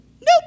Nope